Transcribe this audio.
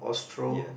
ya